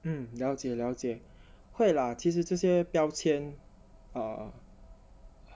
mm 了解了解会 lah 其实这些标签 err